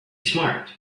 smart